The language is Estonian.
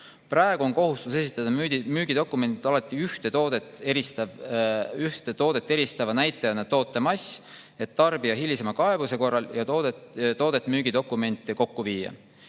Praegu on kohustus esitada müügidokumendil alati toodet eristava näitajana toote mass, et tarbija hilisema kaebuse korral toodet ja müügidokumente kokku viia.